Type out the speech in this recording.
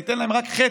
ניתן להם רק חצי,